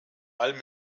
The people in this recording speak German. allem